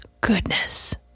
goodness